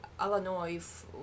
Illinois